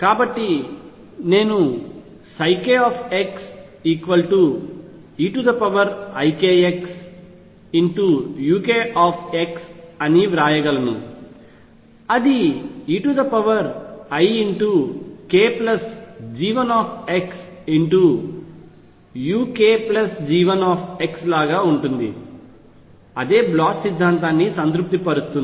కాబట్టి నేను kx eikxukx అని వ్రాయగలను అది eikG1xukG1 లాగా ఉంటుంది అదే పొటెన్షియల్ సిద్ధాంతాన్ని సంతృప్తిపరుస్తుంది